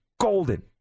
golden